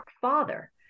father